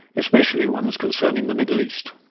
especially ones concerning the middle east.